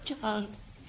Charles